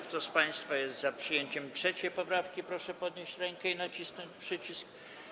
Kto z państwa jest za przyjęciem 3. poprawki, proszę podnieść rękę i nacisnąć przycisk.